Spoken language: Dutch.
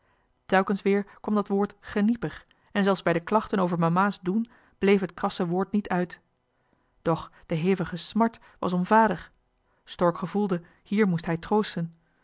telkens weer kwam dat woord geniepig en zelfs bij de klachten over mama's doen bleef het krasse woord niet uit doch de hevige smàrt was om vader stork gevoelde hier moest hij troosten